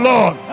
Lord